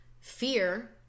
Fear